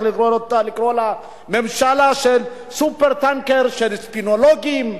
לקרוא ממשלה של "סופר-טנקר של ספינולוגים",